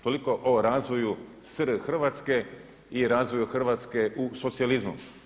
Toliko o razvoju SR Hrvatske i razvoju Hrvatske u socijalizmu.